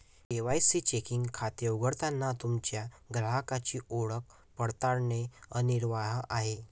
KYC checking खाते उघडताना तुमच्या ग्राहकाची ओळख पडताळणे अनिवार्य आहे